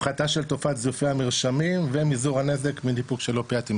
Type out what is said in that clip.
הפחתת של תופעת זיופי המרשמים ומזעור הנזק מניפוק של אופיאטים.